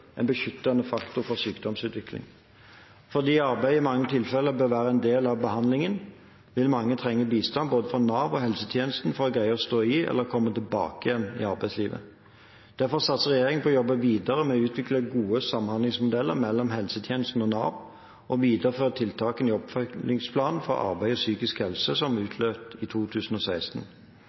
en beskyttende faktor for sykdomsutvikling. Fordi arbeid i mange tilfeller bør være en del av behandlingen, vil mange trenge bistand fra både Nav og helsetjenesten for å greie å stå i eller komme tilbake igjen til arbeidslivet. Derfor satser regjeringen på å jobbe videre med å utvikle gode samhandlingsmodeller mellom helsetjenesten og Nav og videreføre tiltakene i oppfølgingsplanen for arbeid og psykisk helse som utløp i 2016.